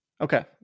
Okay